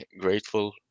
grateful